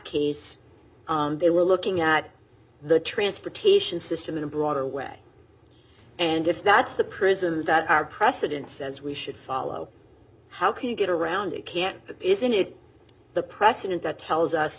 case they were looking at the transportation system in a broader way and if that's the prison that our precedent says we should follow how can you get around it can't isn't it the precedent that tells us